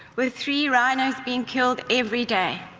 with three rhinos being killed every day.